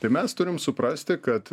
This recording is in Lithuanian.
tai mes turim suprasti kad